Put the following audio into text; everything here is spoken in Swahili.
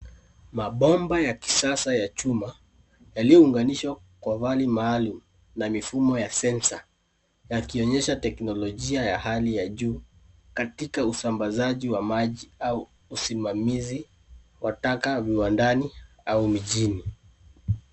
Mabomba ya kisasa ya chuma, yaliyounganishwa kwa vali maalumu na mifumo ya (cs)sesnsor(cs),yakionyesha teknolojia ya hali ya juu katika usambazaji wa maji au usimamizi wa taka viwandani au mijini.